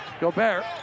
Gobert